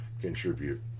contribute